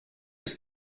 ist